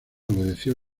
obedeció